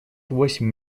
восемь